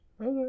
Okay